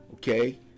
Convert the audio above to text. Okay